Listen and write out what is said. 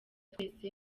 twese